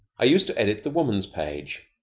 i used to edit the woman's page.